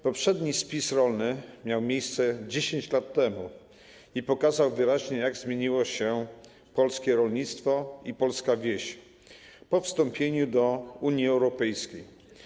Poprzedni spis rolny miał miejsce 10 lat temu i pokazał wyraźnie, jak zmieniło się polskie rolnictwo i polska wieś po wstąpieniu do Unii Europejskiej.